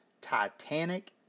Titanic